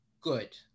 good